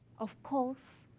of course,